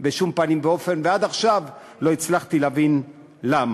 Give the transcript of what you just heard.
בשום פנים ואופן, ועד עכשיו לא הצלחתי להבין למה.